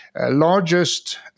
largest